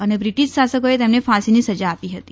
અને બ્રિટશ શાસકોએ તેમને ફાંસીની સજા આપી હતી